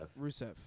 Rusev